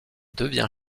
devient